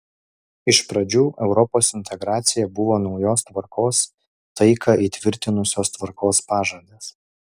iš pradžių europos integracija buvo naujos tvarkos taiką įtvirtinusios tvarkos pažadas